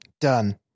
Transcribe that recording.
Done